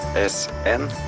s n?